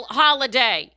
holiday